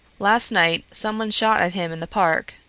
last night someone shot at him in the park.